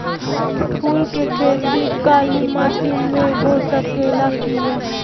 फूल के खेती काली माटी में हो सकेला की ना?